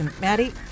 Maddie